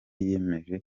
yiyemeje